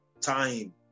time